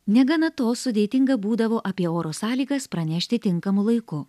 negana to sudėtinga būdavo apie oro sąlygas pranešti tinkamu laiku